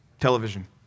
television